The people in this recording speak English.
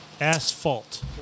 Asphalt